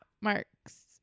marks